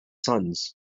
sons